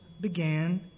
began